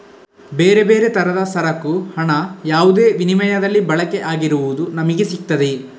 ಬೇರೆ ಬೇರೆ ತರದ ಸರಕು ಹಣ ಯಾವುದೇ ವಿನಿಮಯದಲ್ಲಿ ಬಳಕೆ ಆಗಿರುವುದು ನಮಿಗೆ ಸಿಗ್ತದೆ